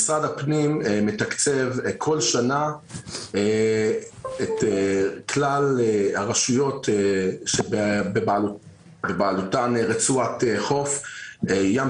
משרד הפנים מתקצב כל שנה את כלל הרשויות בבעלותן רצועת חוף ים